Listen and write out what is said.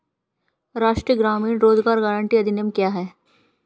राष्ट्रीय ग्रामीण रोज़गार गारंटी अधिनियम क्या है?